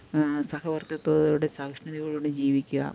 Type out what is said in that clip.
സഹവർത്തിത്തോടെ സഹിഷ്ണുതയോടു കൂടിയും ജീവിക്കാ